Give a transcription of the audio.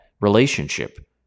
relationship